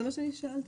זה מה שאני שאלתי.